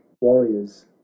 warriors